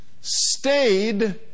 stayed